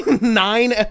nine